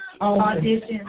audition